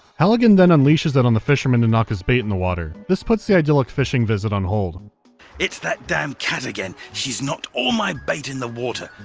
halligan then unleashes that on the fisherman, to knock his bait in the water. this puts the idyllic fishing visit on hold. pierre it's that damn cat again! she's knocked all my bait in the water!